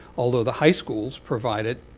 although the high schools provide it,